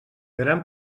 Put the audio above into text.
gran